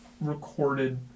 recorded